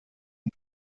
mit